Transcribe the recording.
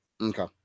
Okay